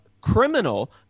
criminal